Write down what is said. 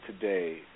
today